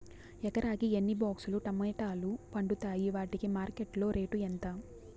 ఎకరాకి ఎన్ని బాక్స్ లు టమోటాలు పండుతాయి వాటికి మార్కెట్లో రేటు ఎంత?